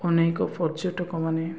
ଅନେକ ପର୍ଯ୍ୟଟକମାନେ